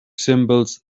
symbols